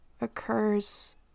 occurs